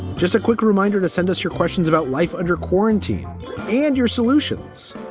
just a quick reminder to send us your questions about life under quarantine and your solutions.